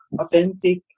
authentic